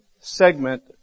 segment